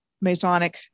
Masonic